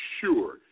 sure